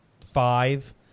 five